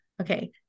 Okay